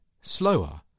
slower